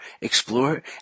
explore